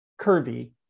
curvy